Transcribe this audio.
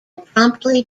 promptly